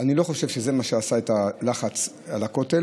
אני לא חושב שזה מה שעשה את הלחץ על הכותל,